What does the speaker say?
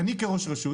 היום אם אני כראש רשות